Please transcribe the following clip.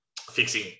fixing